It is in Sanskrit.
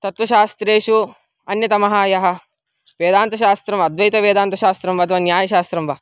तत्वशास्त्रेषु अन्यतमः यः वेदान्तशास्त्रम् अद्वैतवेदान्तशास्त्रं वा अथवा न्यायशास्त्रं वा